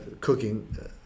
cooking